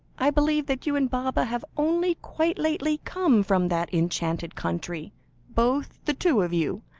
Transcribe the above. i believe that you and baba have only quite lately come from that enchanted country both the two of you,